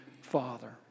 Father